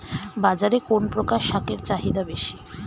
বাজারে কোন প্রকার শাকের চাহিদা বেশী?